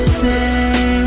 say